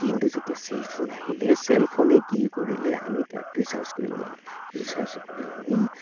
কিন্তু যেতিয়া চেলফোন আহিলে চেলফোনে কি কৰিলে আমি তাত ৰিচাৰ্জ কৰিব লাগে ৰিচাৰ্জ কৰি আমি